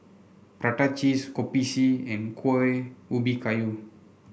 Prata Cheese Kopi C and Kueh Ubi Kayu